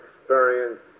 experience